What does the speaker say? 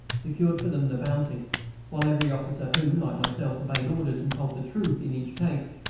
secured for them the bounty while every officer who, like myself, obeyed orders and told the truth in each case,